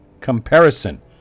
comparison